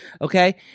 Okay